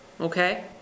Okay